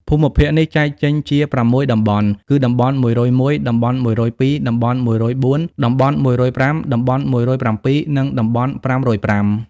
ភូមិភាគនេះចែកចេញជាប្រាំមួយតំបន់ គឺ តំបន់១០១ តំបន់១០២ តំបន់១០៤ តំបន់ ១០៥ តំបន់១០៧ និងតំបន់៥០៥ ។